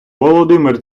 володимир